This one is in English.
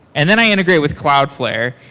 and then i integrate with cloudflare,